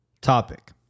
topic